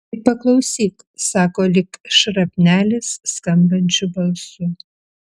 tik paklausyk sako lyg šrapnelis skambančiu balsu